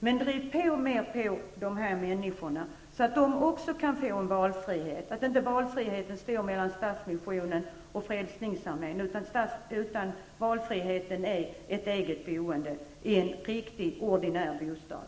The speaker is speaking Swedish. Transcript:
Men driv på mer när det gäller de här människorna så även de kan få en valfrihet. Valfriheten skall inte stå mellan Stadsmissionen och Frälsningsarmén, utan valfriheten skall innebära ett eget boende, en riktig ordinär bostad.